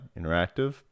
interactive